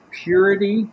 purity